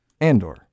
Andor